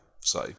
say